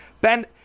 Ben